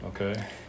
Okay